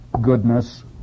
goodness